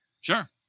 Sure